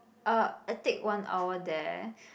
uh I take one hour there